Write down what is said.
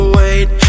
wait